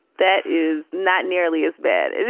that is not nearly as bad